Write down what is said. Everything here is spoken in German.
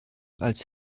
als